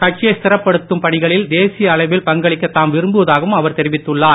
கட்சியை ஸ்திரப்படுத்தும் பணிகளில் தேசிய அளவில் பங்களிக்க தாம் விரும்புவதாகவும் அவர் தெரிவித்துள்ளார்